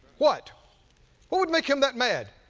what? what would make him that mad?